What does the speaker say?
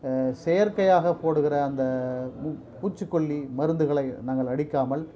செயற்கையாக போடுகிற அந்த பூ பூச்சிக்கொல்லி மருந்துகளை நாங்கள் அடிக்காமல்